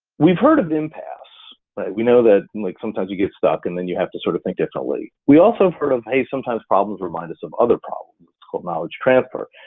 we've heard of impasse we know that and like sometimes you get stuck and then you have to sort of think differently. we also have heard of, hey, sometimes problems remind us of other problems, it's called knowledge transfer.